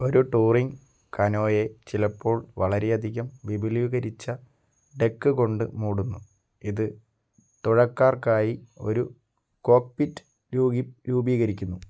ഒരു ടൂറിംഗ് കനോയെ ചിലപ്പോൾ വളരെയധികം വിപുലീകരിച്ച ഡെക്ക് കൊണ്ട് മൂടുന്നു ഇത് തുഴക്കാർക്കായി ഒരു കോക്ക്പിറ്റ് രൂപീകരിക്കുന്നു